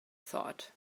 thought